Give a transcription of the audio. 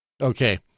okay